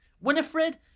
Winifred